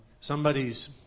somebody's